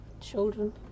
children